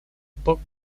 book